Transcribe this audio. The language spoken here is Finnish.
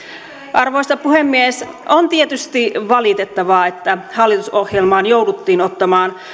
arvoisa puhemies on tietysti valitettavaa että hallitusohjelmaan jouduttiin ottamaan